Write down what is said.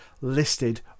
listed